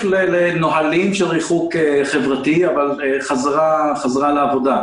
לנהלים של ריחוק חברתי אבל חזרה לעבודה,